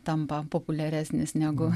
tampa populiaresnis negu